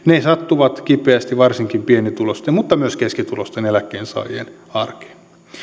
sattuvat kipeästi varsinkin pienituloisten mutta myös keskituloisten eläkkeensaajien arkeen